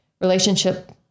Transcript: relationship